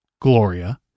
Gloria